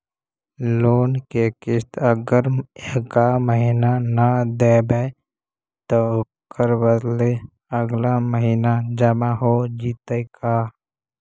Loan के किस्त अगर एका महिना न देबै त ओकर बदले अगला महिना जमा हो जितै का?